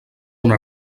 una